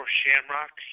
shamrock